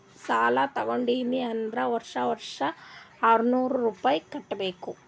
ಸಾಲಾ ತಗೊಂಡಾನ್ ಅಂತ್ ವರ್ಷಾ ವರ್ಷಾ ಆರ್ನೂರ್ ರುಪಾಯಿ ಕಟ್ಟಬೇಕ್